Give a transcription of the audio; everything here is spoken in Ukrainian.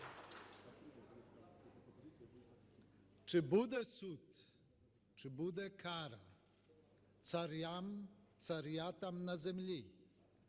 "Чи буде суд! Чи буде кара! Царям, царятам на землі?